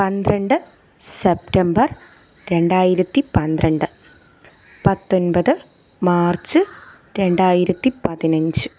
പന്ത്രണ്ട് സെപ്റ്റംബർ രണ്ടായിരത്തി പന്ത്രണ്ട് പത്തൊൻപത് മാർച്ച് രണ്ടായിരത്തി പതിനഞ്ച്